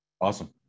Awesome